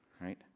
right